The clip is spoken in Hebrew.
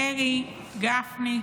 דרעי, גפני,